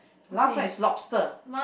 last one is lobster